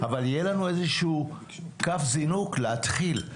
אבל יהיה לנו איזשהו קו זינוק להתחיל.